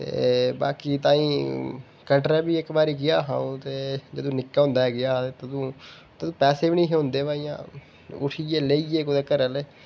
ते बाकी ताहीं कटरा बी इक्क बारी गेआ हा जदूं निक्का होंदा हा गेआ हा तदूं पैसे बी निं होंदे बाऽ उठियै लेइयै कुदै घरैआह्ले